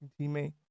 teammate